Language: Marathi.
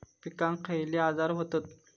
पिकांक खयले आजार व्हतत?